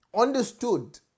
understood